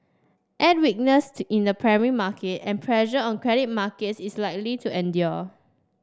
add weakness to in the primary market and pressure on credit markets is likely to endure